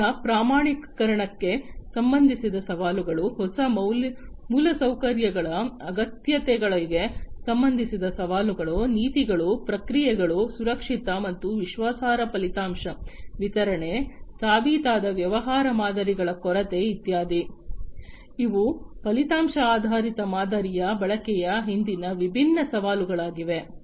ಬೆಲೆಯ ಪ್ರಮಾಣೀಕರಣಕ್ಕೆ ಸಂಬಂಧಿಸಿದ ಸವಾಲುಗಳು ಹೊಸ ಮೂಲಸೌಕರ್ಯಗಳ ಅಗತ್ಯತೆಗಳಿಗೆ ಸಂಬಂಧಿಸಿದ ಸವಾಲುಗಳು ನೀತಿಗಳು ಪ್ರಕ್ರಿಯೆಗಳು ಸುರಕ್ಷಿತ ಮತ್ತು ವಿಶ್ವಾಸಾರ್ಹ ಫಲಿತಾಂಶ ವಿತರಣೆ ಸಾಬೀತಾದ ವ್ಯವಹಾರ ಮಾದರಿಗಳ ಕೊರತೆ ಇತ್ಯಾದಿ ಇವು ಫಲಿತಾಂಶ ಆಧಾರಿತ ಮಾದರಿಯ ಬಳಕೆಯ ಹಿಂದಿನ ವಿಭಿನ್ನ ಸವಾಲುಗಳಾಗಿವೆ